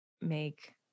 make